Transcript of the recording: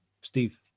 Steve